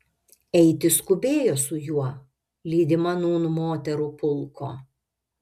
eiti skubėjo su juo lydima nūn moterų pulko